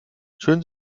schön